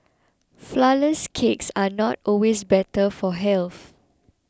Flourless Cakes are not always better for health